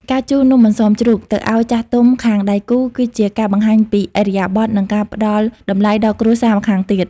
ការជូន "នំអន្សមជ្រូក" ទៅឱ្យចាស់ទុំខាងដៃគូ គឺជាការបង្ហាញពីឥរិយាបថ និងការផ្ដល់តម្លៃដល់គ្រួសារម្ខាងទៀត។